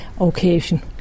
occasion